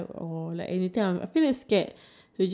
okay do you have any other question to ask me